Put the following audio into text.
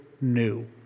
new